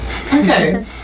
Okay